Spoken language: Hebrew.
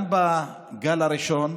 גם בגל הראשון,